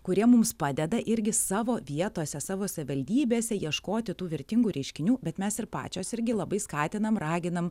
kurie mums padeda irgi savo vietose savo savivaldybėse ieškoti tų vertingų reiškinių bet mes ir pačios irgi labai skatinam raginam